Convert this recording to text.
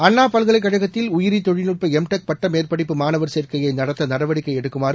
அண்ணா பல்கலைக் கழகத்தில் உயிரி தொழில்நுட்ப எம்டெக் பட்ட மேற்படிப்பு மாணவர் சேர்க்கையை நடத்த நடவடிக்கை எடுக்குமாறு